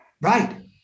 Right